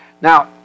Now